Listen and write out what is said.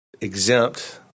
exempt